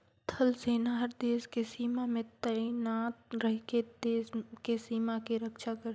थल सेना हर देस के सीमा में तइनात रहिके देस के सीमा के रक्छा करथे